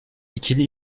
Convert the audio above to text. ikili